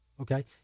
okay